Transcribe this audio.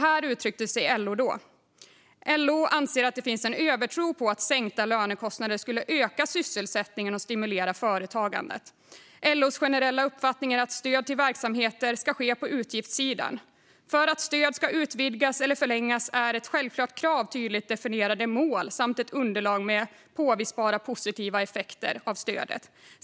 Då uttryckte man sig på följande sätt: LO anser att det finns en övertro på att sänkta lönekostnader skulle öka sysselsättningen och stimulera företagandet. LO:s generella uppfattning är att stöd till verksamheter ska ske på utgiftssidan. För att stöd ska utvidgas eller förlängas är ett självklart krav tydligt definierade mål samt ett underlag med påvisbara, positiva effekter av stödet.